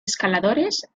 escaladores